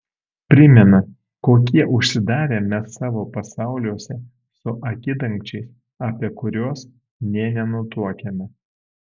primena kokie užsidarę mes savo pasauliuose su akidangčiais apie kuriuos nė nenutuokiame